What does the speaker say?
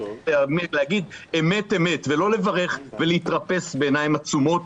נגיד אמת אמת ולא צריך לברך ולהתפרס בעיניים עצומות,